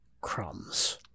crumbs